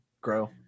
grow